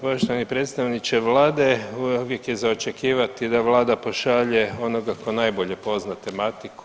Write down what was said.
Poštovani predstavniče Vlade uvijek je za očekivati da Vlada pošalje onoga tko najbolje pozna tematiku.